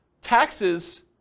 taxes